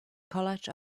college